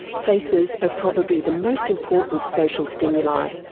faces are probably the most important social stimuli.